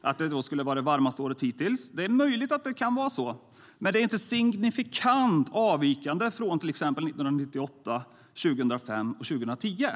att det skulle vara det varmaste året hittills. Det är möjligt att det kan vara så, men det är inte signifikant avvikande från till exempel 1998, 2005 och 2010.